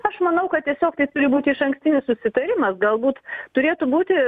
aš manau kad tiesiog tai turi būti išankstinis susitarimas galbūt turėtų būti